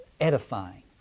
edifying